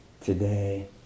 today